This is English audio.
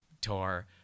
tour